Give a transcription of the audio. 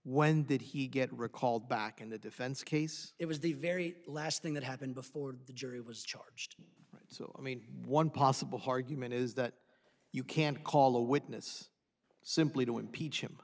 when did he get recalled back in the defense case it was the very last thing that happened before the jury was charged so i mean one possible hardiman is that you can't call a witness simply to impeach him